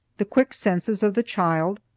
the quick senses of the child,